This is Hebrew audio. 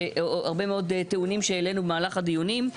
הרבה מאוד טיעונים שהעלינו במהלך הדיונים.